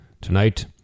Tonight